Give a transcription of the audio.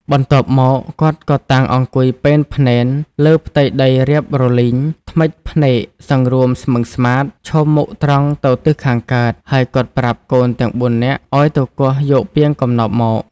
បន្ទាប់មក គាត់ក៏តាំងអង្គុយពែនភ្នែនលើផ្ទៃដីរាបរលីង ធ្មេចភ្នែកសង្រួមស្មឹងស្មាធិ៍ ឈមមុខត្រង់ទៅទិសខាងកើត ហើយគាត់ប្រាប់កូនទាំង៤នាក់ឱ្យទៅគាស់យកពាងកំណប់មក។